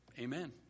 Amen